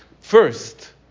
First